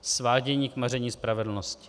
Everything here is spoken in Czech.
Svádění k maření spravedlnosti.